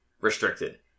restricted